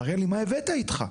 תראה לי מה הבאת איתך.